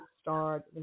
start